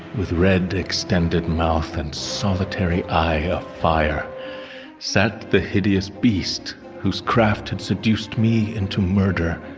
with red extended mouth and solitary eye a fire set the hideous beast whose craft had seduced me into murder.